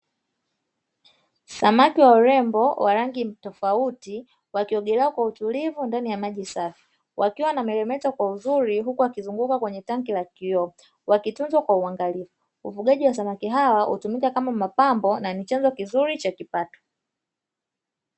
Samaki wa urembo wa rangi tofauti wakiogelea kwa utulivu ndani ya maji safi, wakiwa wanameremeta kwa uzuri, huku wakizunguka kwenye tanki la kioo wakitunzwa kwa uangalifu. Ufugaji wa samaki hawa hutumika kama mapambo na, ni chanzo kizuri cha kipato.